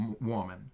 woman